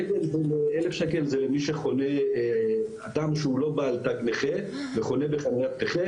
1,000 שקל זה אדם שהוא לא בעל תג נכה וחונה בחניית נכה.